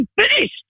finished